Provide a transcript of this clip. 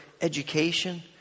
education